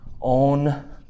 own